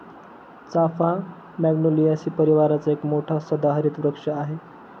चाफा मॅग्नोलियासी परिवाराचा एक मोठा सदाहरित वृक्ष आहे